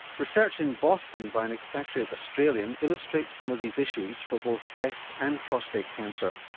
research in boston by an expatriate australian illustrates some of these issues for both breast and prostate cancer.